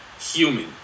human